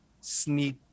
sneak